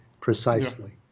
precisely